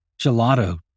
Gelato